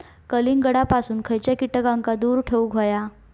कलिंगडापासून खयच्या कीटकांका दूर ठेवूक व्हया?